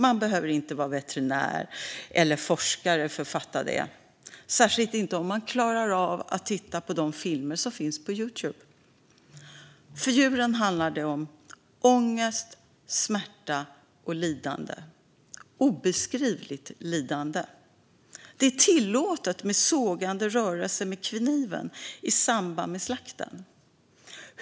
Man behöver inte vara veterinär eller forskare för att fatta detta, särskilt inte om man klarar av att titta på de filmer som finns på Youtube. För djuren handlar det om ångest, smärta och lidande - obeskrivligt lidande. Det är tillåtet med sågande rörelser med kniven i samband med slakten.